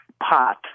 Pot